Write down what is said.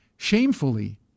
Shamefully